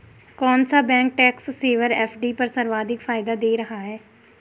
कौन सा bank tax saver FD पर सर्वाधिक फायदा दे रहा है?